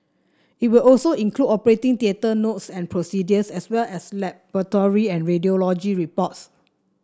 it will also include operating theatre notes and procedures as well as laboratory and radiology reports